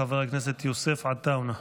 חבר הכנסת יוסף עטאונה.